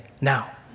Now